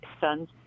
son's